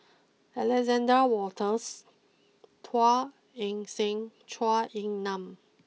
Alexander Wolters Teo Eng Seng Zhou Ying Nan